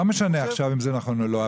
לא משנה עכשיו אם הוא נכון או לא.